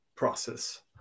process